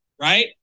Right